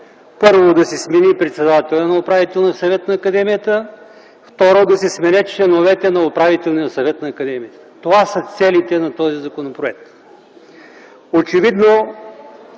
Първо, да се смени председателят на управителния съвет на академията. Второ, да се сменят членовете на управителния съвет на академията. Това са целите на този законопроект. Очевидно